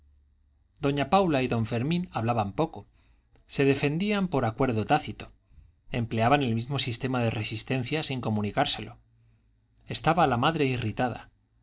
doña paula y don fermín hablaban poco se defendían por acuerdo tácito empleaban el mismo sistema de resistencia sin comunicárselo estaba la madre irritada